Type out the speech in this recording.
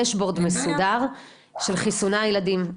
דשבורד מסודר של חיסוני הילדים.